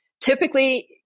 typically